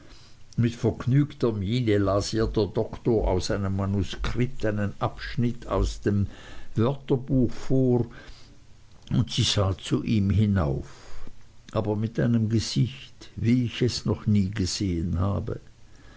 mit vergnügter miene las ihr der doktor aus einem manuskript einen abschnitt aus dem wörterbuch vor und sie sah zu ihm hinauf aber mit einem gesicht wie ich es noch nie gesehen habe